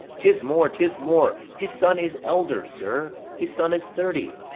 tis more, tis more! his son is elder, sir his son is thirty.